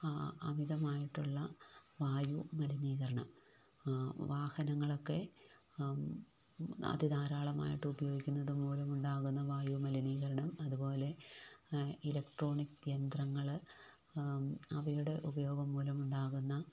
അമിതമായ്ട്ടുള്ള വായുമലിനീകരണം വാഹനങ്ങളൊക്കെ അതിധാരാളമായിട്ട് ഉപയോഗിക്കുന്നത് മൂലമുണ്ടാകുന്ന വായുമലിനീകരണം അതുപോലെ ഇലക്ട്രോണിക്ക് യന്ത്രങ്ങൾ അവയുടെ ഉപയോഗംമൂലമുണ്ടാകുന്ന